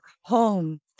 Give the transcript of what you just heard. home